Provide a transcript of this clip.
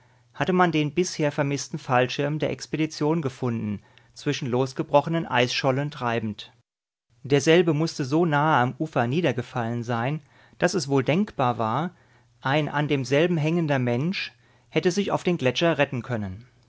hatte man den bisher vermißten fallschirm der expedition gefunden zwischen losgebrochenen eisschollen treibend derselbe mußte so nahe am ufer niedergefallen sein daß es wohl denkbar war ein an demselben hängender mensch hätte sich auf den gletscher retten können